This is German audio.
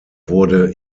wurde